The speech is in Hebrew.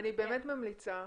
אני באמת ממליצה,